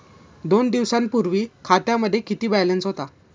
दोन दिवसांपूर्वी खात्यामध्ये किती बॅलन्स होता?